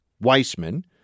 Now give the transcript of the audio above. Weissman